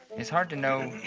it's hard to know.